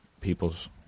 people's